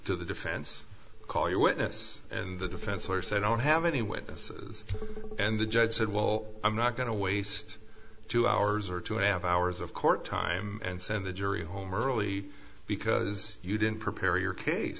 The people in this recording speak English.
to the defense call your witness and the defense lawyer said i don't have any witnesses and the judge said well i'm not going to waste two hours or two and a half hours of court time and send the jury home early because you didn't prepare your case